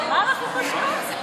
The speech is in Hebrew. במה אנחנו חושקות?